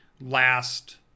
last